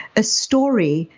a story,